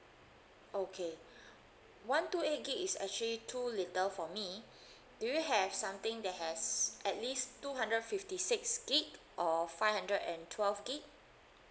okay one two eight gig is actually too little for me do you have something that has at least two hundred fifty six gig or five hundred and twelve gig